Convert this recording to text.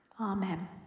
Amen